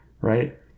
right